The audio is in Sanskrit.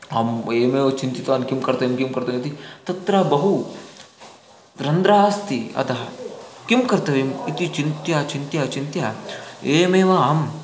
अम् एवमेव चिन्तितवान् किं कर्तव्यं किं कर्तव्यमिति तत्र बहु रन्ध्राः अस्ति अधः किं कर्तव्यम् इति चिन्त्या चिन्त्या चिन्त्या एवमेव